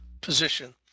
position